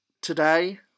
today